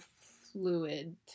fluid